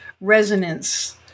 resonance